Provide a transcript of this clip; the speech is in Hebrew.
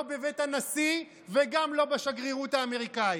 לא בבית הנשיא וגם לא בשגרירות האמריקנית.